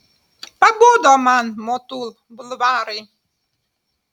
pabodo man motul bulvarai